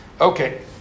Okay